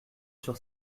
sur